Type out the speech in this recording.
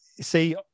see